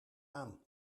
aan